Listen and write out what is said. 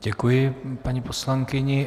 Děkuji paní poslankyni.